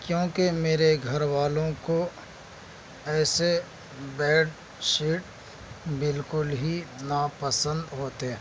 کیونکہ میرے گھر والوں کو ایسے بیڈ شیٹ بالکل ہی ناپسند ہوتے